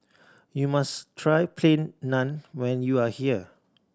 you must try Plain Naan when you are here